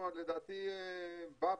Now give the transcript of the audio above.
לדעתי בא פרופ'